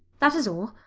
that is all.